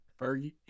Fergie